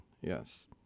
Yes